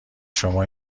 شما